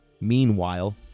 Meanwhile